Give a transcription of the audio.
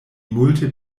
multe